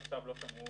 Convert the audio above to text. הבאת מצגת, נכון?